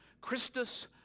Christus